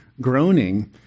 groaning